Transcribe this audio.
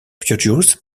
produced